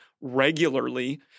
regularly